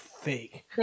fake